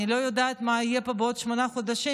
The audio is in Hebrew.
אני לא יודעת מה יהיה פה בעוד שמונה חודשים,